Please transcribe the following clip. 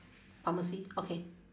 pharmacy okay